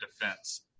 defense